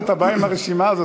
כל פעם אתה בא עם הרשימה הזאת,